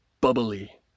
bubbly